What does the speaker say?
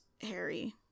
Harry